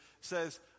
says